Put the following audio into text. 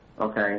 okay